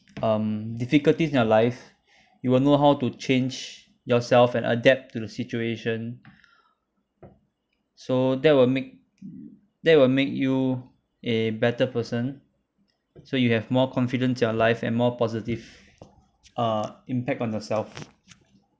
um difficulties in your life you will know how to change yourself and adapt to the situation so that will make that will make you a better person so you have more confidence in your life and more positive ah impact on yourself